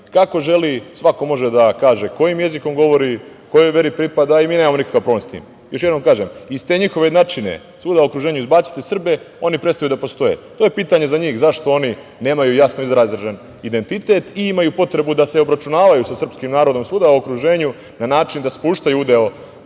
kako želi, svako može da kaže kojim jezikom govori, kojoj veri pripada i mi nemamo nikakav problem s tim. Još jednom kažem, iz te njihove jednačine, svuda u okruženju - izbacite Srbe, oni prestaju da postoje. To je pitanje za njih - zašto oni nemaju jasno izražen identitet i imaju potrebu da se obračunavaju sa srpskim narodom svuda u okruženju na način da spuštaju udeo